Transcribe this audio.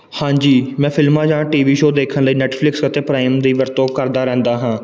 ਹਾਂਜੀ ਮੈਂ ਫਿਲਮਾਂ ਜਾਂ ਟੀ ਵੀ ਸ਼ੋ ਦੇਖਣ ਲਈ ਨੈਟਫਲਿਕਸ ਅਤੇ ਪ੍ਰਾਈਮ ਦੀ ਵਰਤੋਂ ਕਰਦਾ ਰਹਿੰਦਾ ਹਾਂ